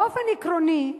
באופן עקרוני,